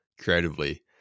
creatively